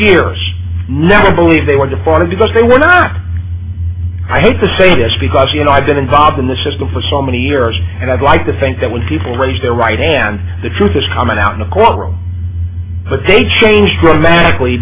year never believe they were deported because they were not i hate to say this because you know i've been involved in the system for so many years and i'd like to think that when people raise their right hand the truth is coming out in a courtroom but they changed dramatically